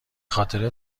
خاطر